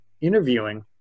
interviewing